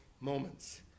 moments